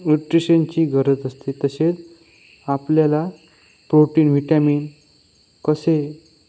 न्यूट्रिशनची गरज असते तसेच आपल्याला प्रोटीन विटामिन कसे